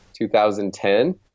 2010